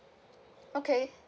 okay